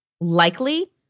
likely